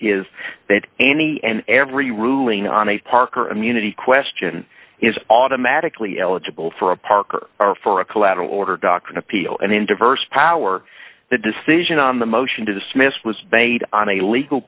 is that any and every ruling on a park or immunity question is automatically eligible for a park or for a collateral order doctor an appeal and in diverse power the decision on the motion to dismiss was made on a legal